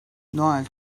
noel